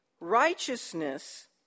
Righteousness